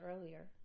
earlier